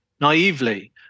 naively